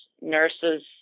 nurses